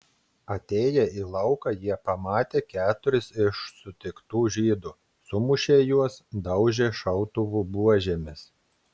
atėję į lauką jie pamatė keturis iš sutiktų žydų sumušė juos daužė šautuvų buožėmis